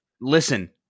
Listen